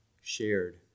shared